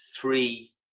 three